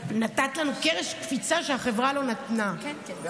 נתת לנו קרש קפיצה שהחברה לא נתנה.